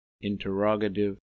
interrogative